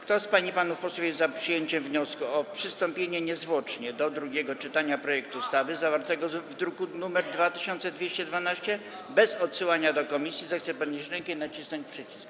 Kto z pań i panów posłów jest za przyjęciem wniosku o przystąpienie niezwłocznie do drugiego czytania projektu ustawy zawartego w druku nr 2212, bez odsyłania do komisji, zechce podnieść rękę i nacisnąć przycisk.